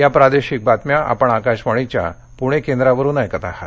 या प्रादेशिक बातम्या आपण आकाशवाणीच्या पुणे केंद्रावरुन ऐकत आहात